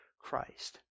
Christ